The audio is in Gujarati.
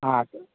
હાં